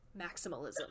Maximalism